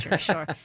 sure